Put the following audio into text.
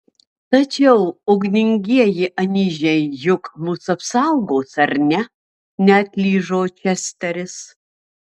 tačiau ugningieji anyžiai juk mus apsaugos ar ne neatlyžo česteris